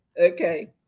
Okay